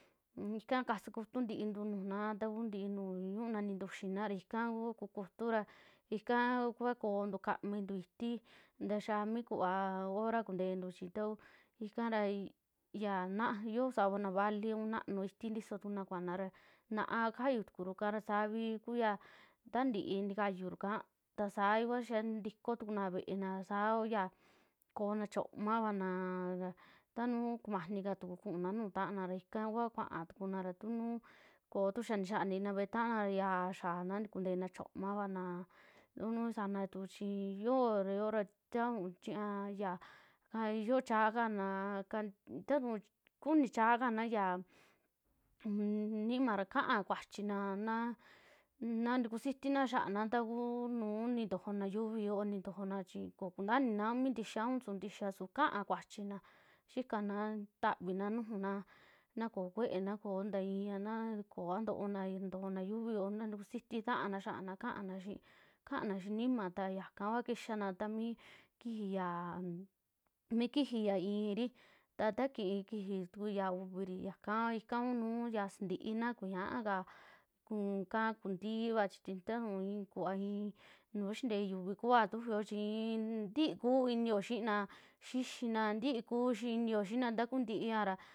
Ika kasakutu ntiintu nujuna, taa kuntii nuu xiuna nintuxina ra ikakua kukutura, ika kua koontu kamintu itii ntaxiia mii kuvaa hora kuntentu chi tau ikara, ya na yoo savana vali un naanu itii tisotukuna kuana ra naa'a kayu tukuru kara saavi kuya tantii nikayuru ka, ta saiikua ntikoo tukuna ve'ena saara koona chiomavana ra ta nuu kumani katuku kuuna nuu taana ra ika kuaa kuaa tukunara tu nu koo tu xaa nixiaa ntiina ve'e taana xiaa xia'ana ntikunteena chioomavana un nuu sana tu chii yoo ra yo'o ra, taun chiña yaka yoo chaakanaka tatu kunichaakana ya nima ra kana kuachina na- na kusina xiaana takuu nuu nintojona yiuvii yoo, nintojona chi koo kuntaaina a mi ntixaa a suvi ntixaa, su kaa kuachina xiikana taviina nujuna na koo kuena, koo ntaiina na kooa ntoona nintojona yiuvii yoo na ntukusiti taana xiaana kaana xii, kaana xii nima ta yaka kua kixaana ta mi kiji yaa, mi kiji ya i'iri ta taa kii kiji ya uviri yaka kuaa ika ku nuu sintiina kuñaaka, kukaa kuntiiva chi tatuu i'i, kuva i'i nuu xintee yiuvi kuaa tufio chii inn ntii kuu inio xiina, xixina ntii kuu inio xiina ta kuu ntiiara.